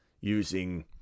using